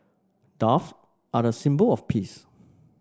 dove are the symbol of peace